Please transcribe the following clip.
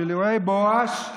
אירועי בואש,